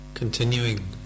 continuing